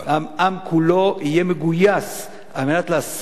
העם כולו יהיה מגויס על מנת לעשות את